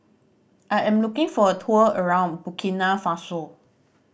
I am looking for a tour around Burkina Faso